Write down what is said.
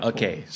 Okay